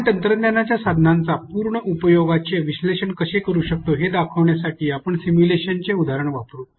आपण तंत्रज्ञानाच्या साधनांच्या पूर्ण उपयोगचे विश्लेषण कसे करू शकतो हे दर्शविण्यासाठी आपण सिम्युलेशनचे उदाहरण वापरू